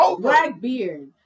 Blackbeard